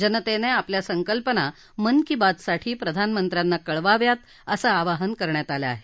जनतेने आपल्या संकल्पना मन की बातसाठी प्रधानमंत्र्यांना कळवाव्यात असं आवाहन करण्यात आलं आहे